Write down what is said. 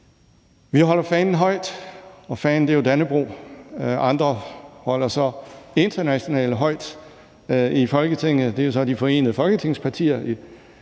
Vi holder fanen højt. Og fanen er jo dannebrog. Andre holder så det internationale højt i Folketinget. Det er jo så de forenede folketingspartier